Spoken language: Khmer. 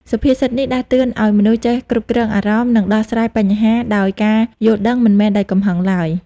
សុភាសិតនេះដាស់តឿនឲ្យមនុស្សចេះគ្រប់គ្រងអារម្មណ៍ និងដោះស្រាយបញ្ហាដោយការយល់ដឹង មិនមែនដោយកំហឹងឡើយ។